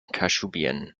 kashubian